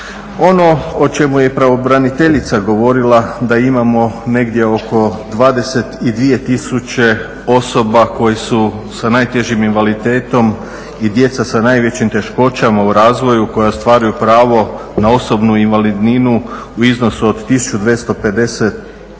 Ono o čemu je i pravobraniteljica govorila da imamo negdje oko 22000 osoba koje su sa najtežim invaliditetom i djeca sa najvećim teškoćama u razvoju koja ostvaruju pravo na osobnu invalidninu u iznosu od 1250